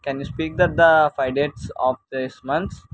can you speak that the five dates of this months